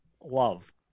love